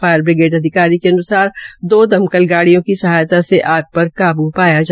fire brigade अधिकारी के अन्सार दो दमकल गांडियों की सहायता से आग काबू ाया गया